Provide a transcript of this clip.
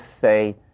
say